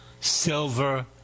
silver